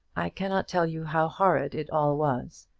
i cannot tell you how horrid it all was,